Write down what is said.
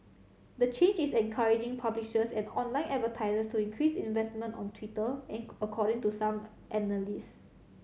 the change is encouraging publishers and online advertiser to increase investment on Twitter according to some analyst